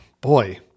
Boy